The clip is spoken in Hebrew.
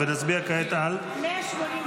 נצביע כעת על -- 181.